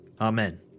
Amen